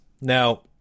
Now